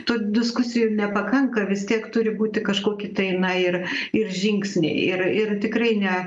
tų diskusijų nepakanka vis tiek turi būti kažkoki tai na ir ir žingsniai ir ir tikrai ne